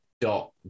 dot